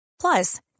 Plus